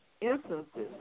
instances